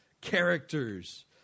characters